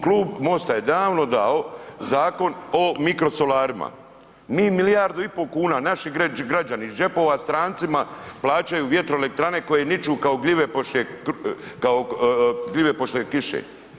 Klub MOST-a je davno dao Zakon o mikrosolarima, mi milijardu i pol kuna naši građani iz džepova strancima plaćaju vjetroelektrane koje niču kao gljive poslije kiše.